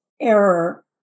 error